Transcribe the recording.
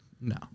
No